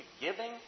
giving